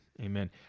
Amen